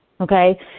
okay